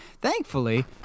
Thankfully